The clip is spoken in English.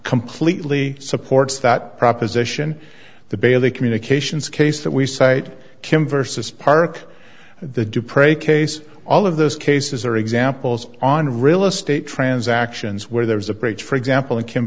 completely supports that proposition the bailey communications case that we cite kim versus park the do pray case all of those cases are examples on real estate transactions where there is a break for example and